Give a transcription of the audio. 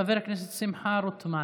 חבר הכנסת שמחה רוטמן.